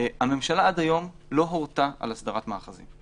הממשלה עד היום לא הורתה על הסדרת מאחזים.